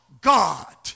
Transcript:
God